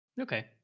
Okay